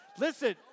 Listen